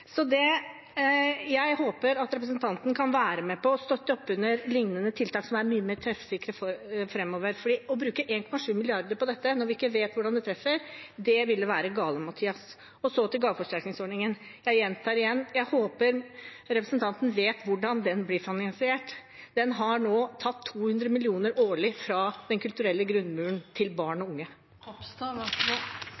jeg håper at representanten framover kan være med på å støtte opp om liknende tiltak som er mye mer treffsikre. For å bruke 1,7 mrd. kr på dette når vi ikke vet hvordan det treffer, ville være galimatias. Så til gaveforsterkningsordningen, og jeg gjentar igjen: Jeg håper representanten vet hvordan den blir finansiert. Den har nå tatt 200 mill. kr årlig fra den kulturelle grunnmuren til barn